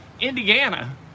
Indiana